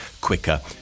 quicker